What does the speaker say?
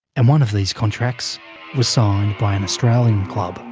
and one of these contracts was signed by an australian club.